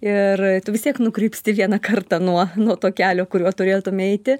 ir tu vis tiek nukrypsti vieną kartą nuo nuo to kelio kuriuo turėtum eiti